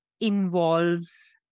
involves